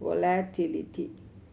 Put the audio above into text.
volatility